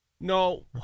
No